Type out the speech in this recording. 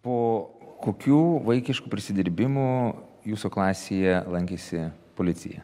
po kokių vaikiškų prsidirbimų jūsų klasėje lankėsi policija